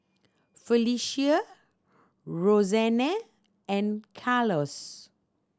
Felecia Rosanne and Carlos